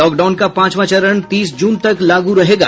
lockdown का पांचवां चरण तीस जून तक लागू रहेगा